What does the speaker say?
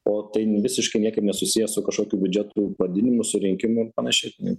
o tai visiškai niekaip nesusiję su kažkokiu biudžetų padidinimu surinkimu ir panašiai